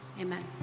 Amen